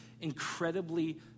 incredibly